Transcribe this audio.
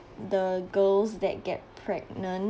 the girls that get pregnant